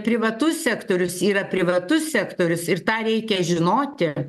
privatus sektorius yra privatus sektorius ir tą reikia žinoti